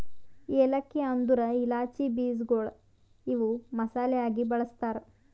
ಏಲಕ್ಕಿ ಅಂದುರ್ ಇಲಾಚಿ ಬೀಜಗೊಳ್ ಇವು ಮಸಾಲೆ ಆಗಿ ಬಳ್ಸತಾರ್